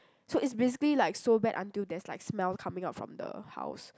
so it's basically like so bad until there's like smell coming out from the house